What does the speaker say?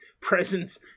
presence